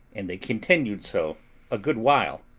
and they continued so a good while.